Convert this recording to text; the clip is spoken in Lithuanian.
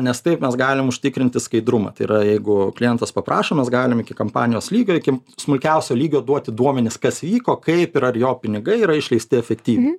nes taip mes galim užtikrinti skaidrumą tai yra jeigu klientas paprašo mes galim iki kampanijos lygio iki smulkiausio lygio duoti duomenis kas vyko kaip ir ar jo pinigai yra išleisti efektyviai